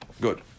Good